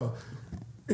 גם